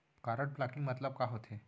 Card blocking मतलब का होथे?